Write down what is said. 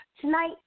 Tonight